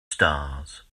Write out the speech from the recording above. stars